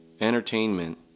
Entertainment